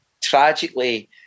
tragically